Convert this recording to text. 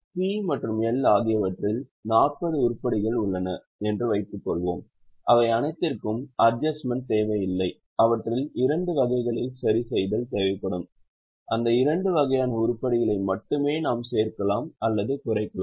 P மற்றும் L ஆகியவற்றில் 40 உருப்படிகள் உள்ளன என்று வைத்துக்கொள்வோம் அவை அனைத்திற்கும் அட்ஜஸ்ட்மென்ட் தேவையில்லை அவற்றில் இரண்டு வகைகளில் சரிசெய்தல் தேவைப்படும் அந்த இரண்டு வகையான உருப்படிகளை மட்டுமே நாம் சேர்க்கலாம் அல்லது குறைக்கலாம்